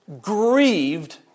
grieved